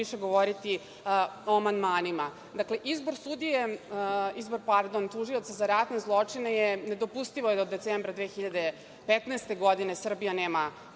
više govoriti u amandmanima. Dakle, izbor tužioca za ratne zločine je nedopustivo da od decembra 2015. godine Srbija nema